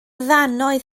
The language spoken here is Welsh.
ddannoedd